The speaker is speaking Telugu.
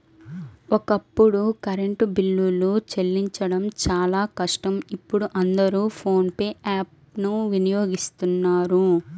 ఒకప్పుడు కరెంటు బిల్లులు చెల్లించడం చాలా కష్టం ఇప్పుడు అందరూ ఫోన్ పే యాప్ ను వినియోగిస్తున్నారు